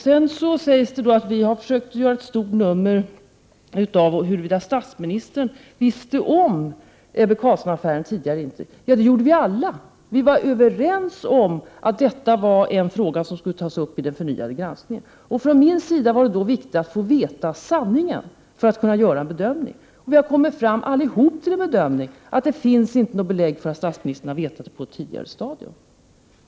Sedan sägs det att vi har försökt göra ett stort nummer av huruvida statsministern visste om Ebbe Carlsson-affären tidigare än han själv uppgivit. Det gjorde vi alla. Vi var överens om att detta var en fråga som skulle tas upp vid den förnyade granskningen. För min del ansåg jag det då viktigt att få veta sanningen, för att kunna göra en bedömning. Vi har allihop kommit fram till bedömningen att det inte finns belägg för att statsministern vetat något på ett tidigare stadium.